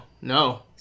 no